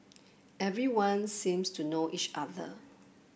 everyone seems to know each other